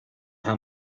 how